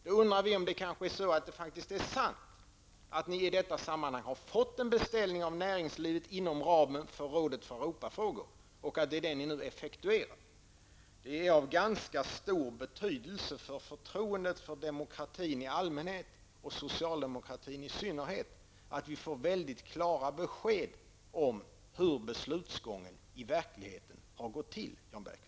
Jag undrar om det inte faktiskt är sant att ni i detta sammanhang har fått en beställning av näringslivet inom ramen för rådet för Europafrågor och att det är den beställningen ni nu effektuerar. Det är av ganska stor betydelse för förtroendet för demokratin i allmänhet och för socialdemokratin i synnerhet att vi får väldigt klara besked om vilken beslutsgången i verkligheten varit, Jan Bergqvist.